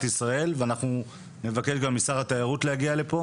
ישראל ואנחנו נבקש גם משר התיירות להגיע לפה